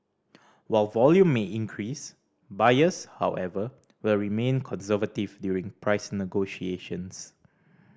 while volume may increase buyers however will remain conservative during price negotiations